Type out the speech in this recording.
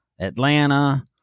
Atlanta